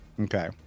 Okay